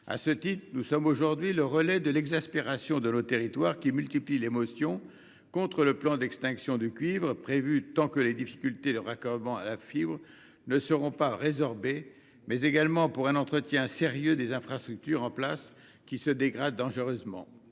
À cet égard, nous sommes aujourd'hui le relais de l'exaspération de nos territoires, qui multiplient les motions contre le plan d'extinction du cuivre prévu tant que les difficultés de raccordement à la fibre ne seront pas résorbées et qui plaident pour un entretien sérieux des infrastructures en place, lesquelles se dégradent dangereusement.